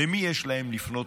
למי יש להם לפנות,